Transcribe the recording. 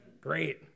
Great